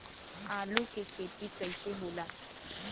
आलू के खेती कैसे होला?